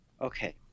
Okay